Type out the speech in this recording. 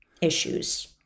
issues